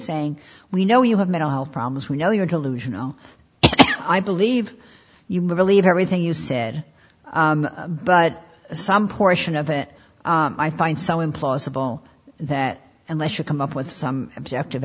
saying we know you have mental health problems we know you're delusional i believe you me believe everything you said but some portion of it i find so implausible that unless you come up with some objective